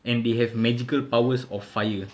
and they have magical powers of fire